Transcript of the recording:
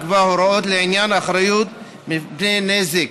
לקבוע הוראות לעניין אחריות מפני נזק,